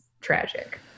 tragic